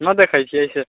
नहि देखै छिए से